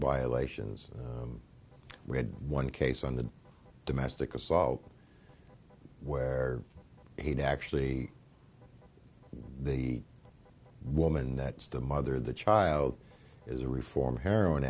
violations we had one case on the domestic assault where he'd actually the woman that's the mother the child is a reformed heroin